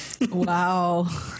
wow